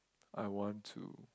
I want to